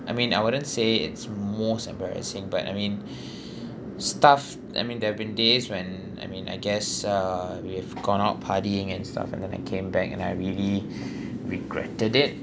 I mean I wouldn't say it's most embarrassing but I mean stuff I mean there've been days when I mean I guess uh we have gone out partying and stuff and then like came back and I really regretted it